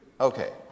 Okay